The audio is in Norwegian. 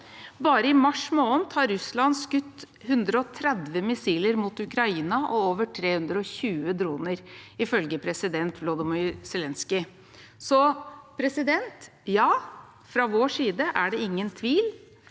Bare i mars måned har Russland skutt 130 missiler mot Ukraina og over 320 droner, ifølge president Volodymyr Zelenskyj. Fra vår side er det ingen tvil: